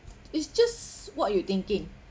it's just what are you thinking